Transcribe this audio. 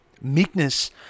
Meekness